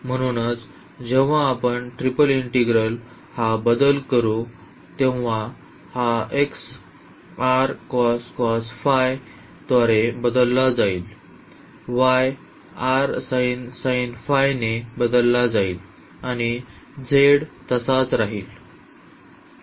म्हणूनच जेव्हा आपण या ट्रिपल इंटीग्रल हा बदल करू तेव्हा हा x द्वारे बदलला जाईल y ने बदलला जाईल आणि z तसाच राहील